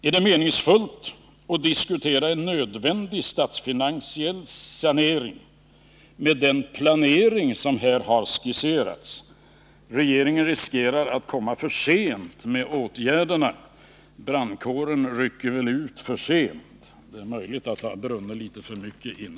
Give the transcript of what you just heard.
Är det meningsfullt att diskutera en nödvändig statsfinansiell sanering utifrån den planering som här har skisserats? Regeringen riskerar att komma för sent med sina åtgärder — brandkåren rycker ut för sent, och det är möjligt att det då redan har brunnit för mycket.